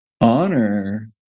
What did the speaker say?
honor